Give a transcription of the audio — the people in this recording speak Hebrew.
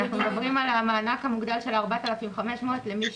אנחנו מדברים על המענק המוגדל של ה-4,500 למי